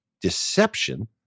deception